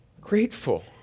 grateful